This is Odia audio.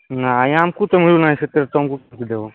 ନାଇଁ ଆମକୁ ତ ମିଳୁନାହିଁ ସେଥିରେ ତୁମକୁ କେମିତି ହେବ